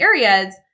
areas